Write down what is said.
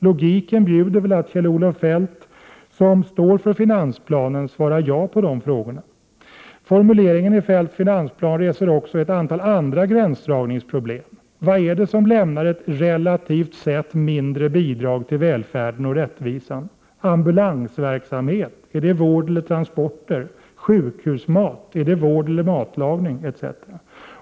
Logiken bjuder väl att Kjell-Olof Feldt, som står för finansplanen, svarar ja på de frågorna. Formuleringen i Feldts finansplan reser ju också ett antal andra gränsdragningsproblem. Vad är det som lämnar relativt sett mindre bidrag ”till välfärden och rättvisan”? Ambulansverksamhet — är det vård eller transporter? Sjukhusmat — är det vård eller matlagning etc.?